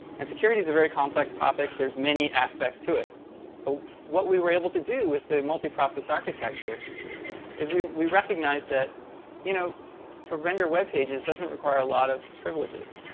and security is a very complex topic, there's many aspects to it. but what we were able to do with the multiprocess architecture is we we recognize that you know to render webpages doesn't require a lot of privileges.